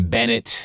Bennett